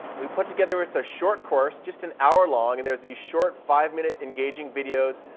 we put together it's a short course. just an hour long and there are these short five minute engaging videos.